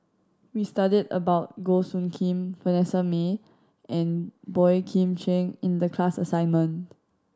we studied about Goh Soo Khim Vanessa Mae and Boey Kim Cheng in the class assignment